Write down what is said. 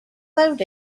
load